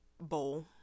bowl